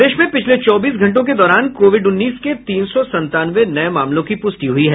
प्रदेश में पिछले चौबीस घंटों के दौरान कोविड उन्नीस के तीन सौ संतानवे नये मामलों की पुष्टि हुई है